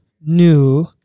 new